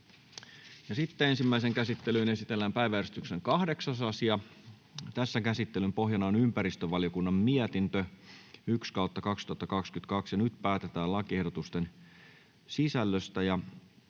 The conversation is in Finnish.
Ensimmäiseen käsittelyyn esitellään päiväjärjestyksen 8. asia. Käsittelyn pohjana on ympäristövaliokunnan mietintö YmVM 1/2022 vp. Nyt päätetään lakiehdotusten sisällöstä.